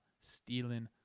stealing